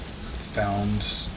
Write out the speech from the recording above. found